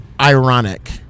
ironic